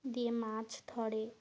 দিয়ে মাছ ধরে